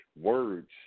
Words